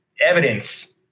evidence